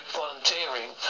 volunteering